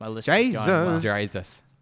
Jesus